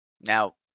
Now